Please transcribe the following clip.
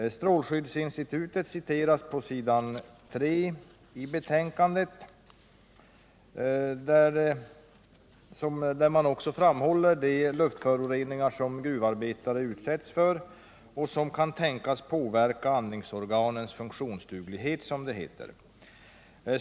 Strålskyddsinstitutet citeras på s. 3 i betänkandet, där man framhåller att de luftföroreningar som gruvarbetare utsätts för kan tänkas påverka andningsorganens funktionsduglighet.